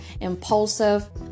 impulsive